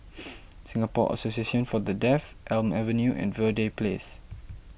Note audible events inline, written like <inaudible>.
<noise> Singapore Association for the Deaf Elm Avenue and Verde Place